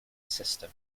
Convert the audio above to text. system